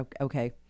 okay